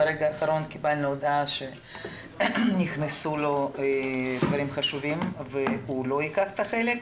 ברגע האחרון קיבלנו הודעה שנכנסו לו דברים חשובים והוא לא ייקח חלק.